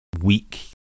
weak